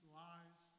lies